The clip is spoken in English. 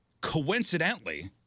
Coincidentally